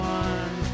one